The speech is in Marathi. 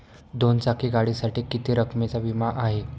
दोन चाकी गाडीसाठी किती रकमेचा विमा आहे?